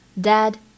dad